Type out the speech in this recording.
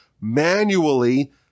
manually